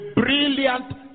Brilliant